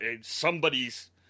somebody's